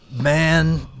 man